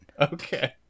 okay